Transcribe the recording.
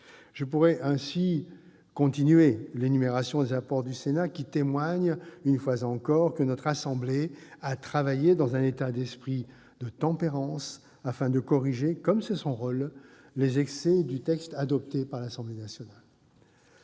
Je pourrais ainsi continuer l'énumération des apports du Sénat qui témoignent, une fois encore, que notre assemblée a travaillé dans un état d'esprit de tempérance, afin de corriger, comme c'est son rôle, les excès du texte adopté par l'Assemblée nationale.